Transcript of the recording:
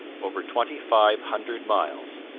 over twenty-five hundred miles.